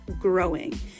growing